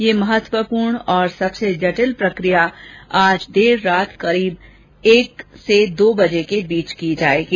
ये महत्वपूर्ण और सबसे जटिल प्रक्रिया आज देर रात एक से दो बजे के बीच की जाएगी